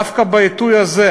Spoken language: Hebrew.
דווקא בעיתוי הזה,